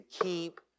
keep